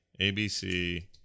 ABC